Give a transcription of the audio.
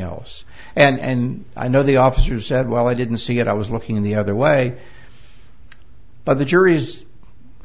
else and i know the officer said well i didn't see it i was looking the other way but the jury is